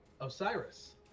Osiris